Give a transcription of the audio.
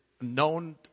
known